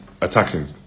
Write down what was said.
attacking